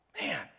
Man